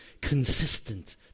consistent